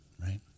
right